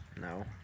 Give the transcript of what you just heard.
No